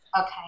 Okay